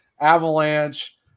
Avalanche